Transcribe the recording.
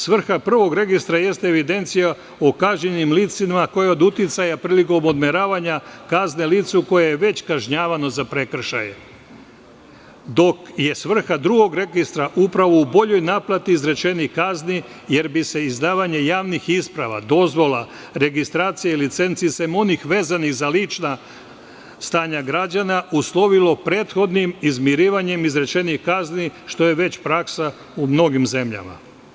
Svrha prvog registra jeste evidencija o kažnjenim licima koja je od uticaja prilikom odmeravanja kazne licu koje je već kažnjavano za prekršaje, dok je svrha drugog registra upravo u boljoj naplati izrečenih kazni, jer bi se izdavanje javnih isprava, dozvola, registracija licenci, sem onih vezanih za lična stanja građana, uslovilo prethodnim izmirivanjem izrečenih kazni, što je već praksa u mnogim zemljama.